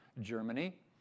Germany